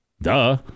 Duh